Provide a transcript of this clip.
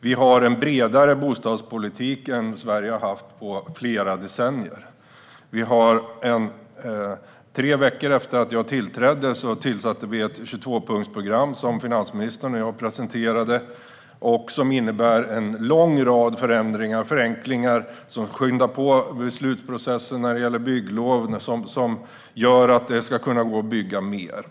Vi har en bredare bostadspolitik än Sverige har haft på flera decennier. Tre veckor efter att jag tillträdde tillsatte vi ett 22-punktsprogram som finansministern och jag presenterade och som innebär en lång rad förändringar och förenklingar. De skyndar på beslutsprocessen när det gäller bygglov och gör att det ska kunna gå att bygga mer.